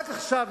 רק עכשיו,